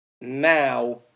now